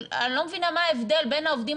אני לא מבינה מה ההבדל בין העובדים